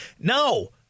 no